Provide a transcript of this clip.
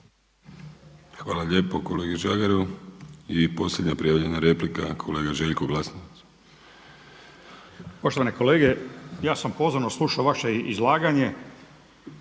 Hvala lijepo kolegi Žagaru. I posljednja prijavljena replika kolega Željko Glasnović. **Glasnović, Željko (Nezavisni)** Poštovani kolege, ja sam pozorno slušao vaše izlaganje.